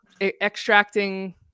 extracting